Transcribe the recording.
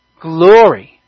glory